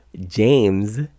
James